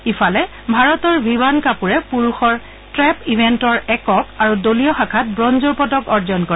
ইফালে ভাৰতৰ ভিভান কাপুৰে পুৰুষৰ ট্ৰেপ ইভেণ্টৰ একক আৰু দলীয় শাখাত ব্ৰঞ্জৰ পদক অৰ্জন কৰে